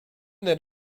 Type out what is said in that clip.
that